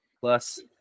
Plus